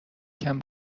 یکم